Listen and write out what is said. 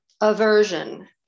Aversion